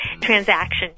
transaction